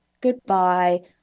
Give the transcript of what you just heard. goodbye